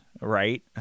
right